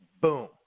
Boom